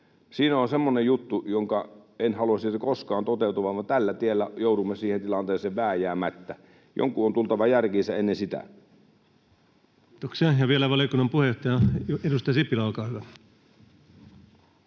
Siinä on semmoinen juttu, jonka en haluaisi koskaan toteutuvan. Tällä tiellä joudumme siihen tilanteeseen vääjäämättä. Jonkun on tultava järkiinsä ennen sitä. Kiitoksia. — Ja vielä valiokunnan puheenjohtaja, edustaja Sipilä, olkaa hyvä.